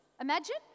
Imagine